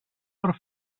per